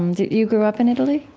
um did you grow up in italy?